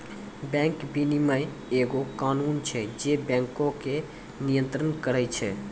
bank विनियमन एगो कानून छै जे बैंको के नियन्त्रण करै छै